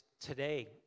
today